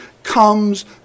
comes